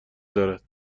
دارد